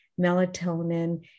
melatonin